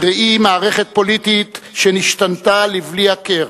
בראי מערכת פוליטית שנשתנתה לבלי הכר,